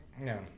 no